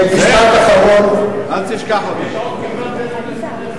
על-ידי חבר הכנסת דהאמשה כאן במליאת הכנסת.